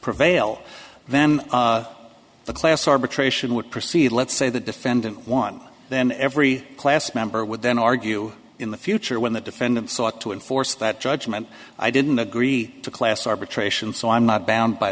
prevail then the class arbitration would proceed let's say the defendant one then every class member would then argue in the future when the defendant sought to enforce that judgment i didn't agree to class arbitration so i'm not bound by